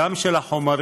גם של החומרים